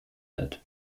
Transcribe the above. wird